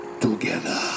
together